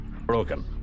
broken